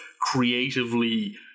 creatively